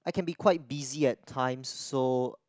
I can be quite busy at times so